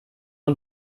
ein